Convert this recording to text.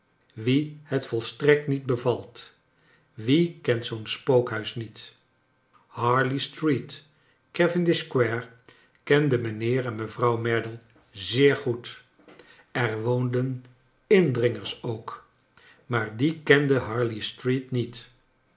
wien het volstrekt niet bevalt wie kent zoo'n spookhuis niet harley street cavendish square kende mijnheer en mevrouw merdle zeer goed er woonden indringers ook maar die kende harley street niet